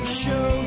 show